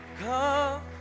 Come